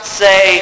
say